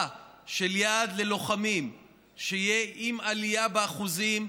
של יעד ללוחמים שיהיה עם עלייה באחוזים,